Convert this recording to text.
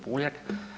Puljak.